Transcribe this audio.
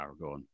Aragorn